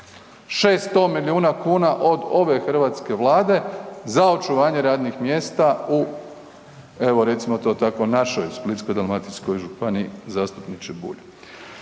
600 milijuna kuna od ove hrvatske Vlade za očuvanje radnih mjesta u evo recimo to tako našoj Splitsko-dalmatinskoj županiji zastupniče Bulj.